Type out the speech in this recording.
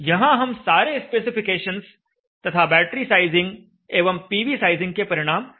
यहां हम सारे स्पेसिफिकेशंस तथा बैटरी साइजिंग एवं पीवी साइजिंग के परिणाम दर्शाते हैं